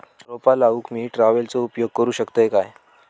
रोपा लाऊक मी ट्रावेलचो उपयोग करू शकतय काय?